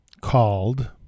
called